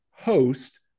host